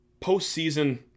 postseason